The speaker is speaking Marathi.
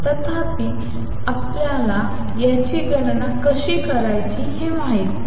तथापि आम्हाला याची गणना कशी करायची हे माहित नाही